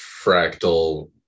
fractal